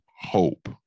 hope